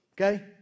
okay